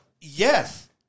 yes